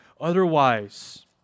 Otherwise